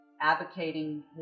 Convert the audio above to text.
advocating